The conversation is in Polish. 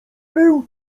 był